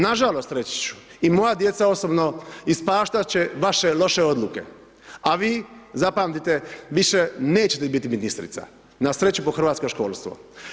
Nažalost, reći ću, i moja djeca osobno ispaštat će vaše loše odluke a vi zapamtite, više nećete biti ministrica, na sreću po hrvatsko školstvo.